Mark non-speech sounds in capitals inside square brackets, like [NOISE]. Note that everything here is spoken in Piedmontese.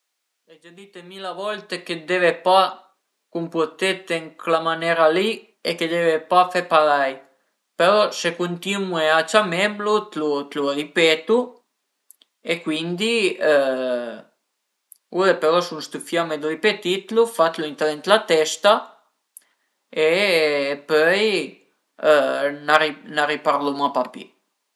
[HESITATION] gavu via ël pannolino sporch e lu campu via, pöi dopu lavu da bin ël bocia o cun l'eva o cun ël detergent, pöi apres bütu ël pannolino pulit, saru i etichëtte e pöi dopu lu rivestu e fait